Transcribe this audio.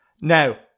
Now